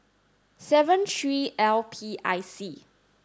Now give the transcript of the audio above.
seven three L P I C